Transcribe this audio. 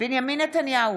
בנימין נתניהו,